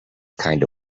kinda